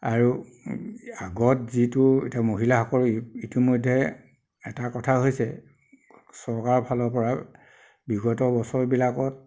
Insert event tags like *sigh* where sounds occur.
আৰু *unintelligible* আগত যিটো এতিয়া মহিলাসকলে ইতিমধ্যে এটা কথা হৈছে চৰকাৰৰ ফালৰপৰা বিগত বছৰবিলাকত